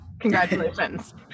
Congratulations